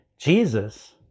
jesus